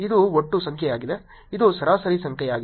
ಇದು ಒಟ್ಟು ಸಂಖ್ಯೆಯಾಗಿದ್ದು ಇದು ಸರಾಸರಿ ಸಂಖ್ಯೆಯಾಗಿದೆ